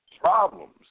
problems